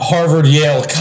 Harvard-Yale